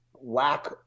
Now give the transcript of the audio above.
lack